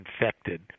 infected